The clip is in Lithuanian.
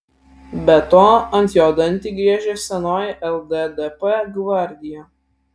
be to ant jo dantį griežia senoji lddp gvardija